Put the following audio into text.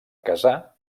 casar